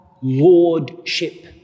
Lordship